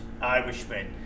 Irishmen